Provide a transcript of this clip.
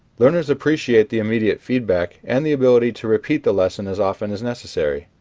learners appreciate the immediate feedback and the ability to repeat the lesson as often as necessary.